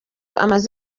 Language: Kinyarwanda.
amaze